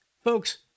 Folks